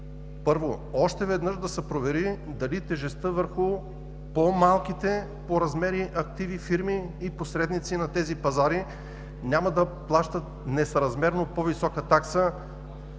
Първо, още веднъж да се провери дали тежестта върху по-малките по размери активни фирми и посредници на тези пазари няма да плащат несъразмерно по-висока такса